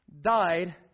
died